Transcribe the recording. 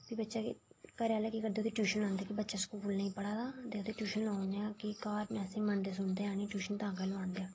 ते बच्चा कि घरै आह्ले केह् करदे कि ट्यूशन लांदे ओह्दी स्कूल नेईं पढ़ै दा ते ओह्दी ट्यूशन लाई ओड़ने आं घर ते मन्नदे हैन निं असें ई ते ट्यूशन तां गै लोआंदे न